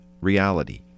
reality